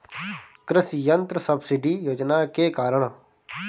कृषि यंत्र सब्सिडी योजना के कारण?